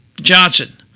Johnson